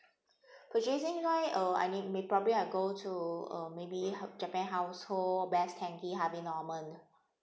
purchasing wise uh I mean may~ probably I go to uh maybe japan household best denki harvey norman